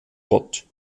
gott